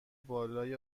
بالای